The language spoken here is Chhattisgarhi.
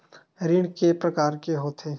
ऋण के प्रकार के होथे?